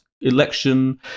election